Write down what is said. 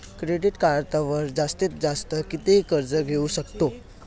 Credit कार्डवर जास्तीत जास्त किती कर्ज घेऊ शकतो?